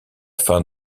fin